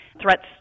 threats